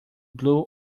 blue